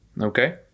Okay